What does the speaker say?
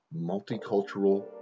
multicultural